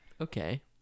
Okay